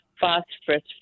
Phosphorus